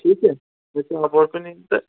ٹھیٖک پٲٹھۍ تہٕ